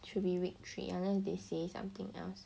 should week three unless they say something else